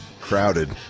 Crowded